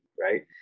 right